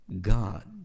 God